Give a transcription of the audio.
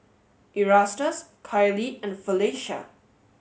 Erastus Kiley and Felecia